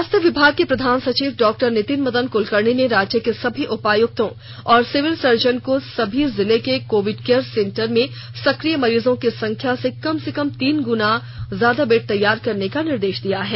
स्वास्थ्य विभाग के प्रधान सचिव डॉक्टर नितिन मदन क्लकर्णी ने राज्य के सभी उपायुक्तों और सिविल सर्जनों को सभी जिले के कोविड केयर सेंटरों में सकिय मरीजों की संख्या से कम से कम तीन गुना बेड तैयार करने के निर्देश दिये हैं